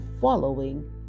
following